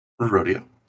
Rodeo